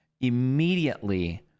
immediately